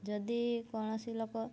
ଯଦି କୌଣସି ଲୋକ